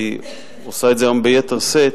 והיא עושה את זה היום ביתר שאת,